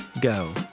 go